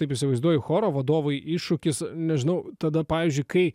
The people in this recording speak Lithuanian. taip įsivaizduoju choro vadovui iššūkis nežinau tada pavyzdžiui kai